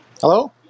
Hello